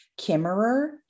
Kimmerer